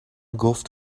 گفت